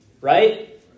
Right